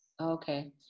okay